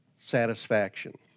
satisfaction